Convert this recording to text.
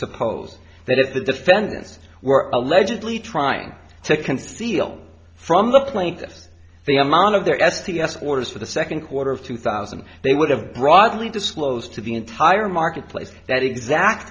suppose that if the defendants were allegedly trying to conceal from the plaintiff the amount of their s e s orders for the second quarter of two thousand they would have broadly disclosed to the entire marketplace that exact